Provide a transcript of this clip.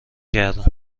کردن